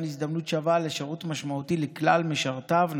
הזדמנות שווה לשירות משמעותי לכלל משרתיו,